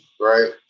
Right